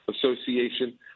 Association